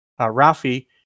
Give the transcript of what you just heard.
Rafi